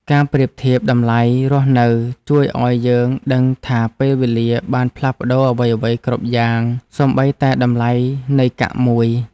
ការប្រៀបធៀបតម្លៃរស់នៅជួយឱ្យយើងដឹងថាពេលវេលាបានផ្លាស់ប្ដូរអ្វីៗគ្រប់យ៉ាងសូម្បីតែតម្លៃនៃកាក់មួយ។